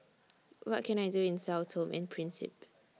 What Can I Do in Sao Tome and Principe